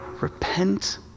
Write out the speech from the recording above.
repent